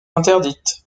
interdite